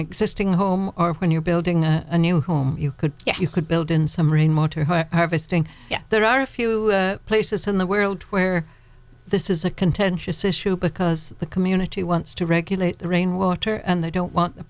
existing home or when you're building a new home you could build in some ring motorhome harvesting yeah there are a few places in the world where this is a contentious issue because the community wants to regulate the rainwater and they don't want